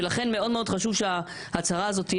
ולכן מאוד מאוד חשוב שההצהרה הזאת,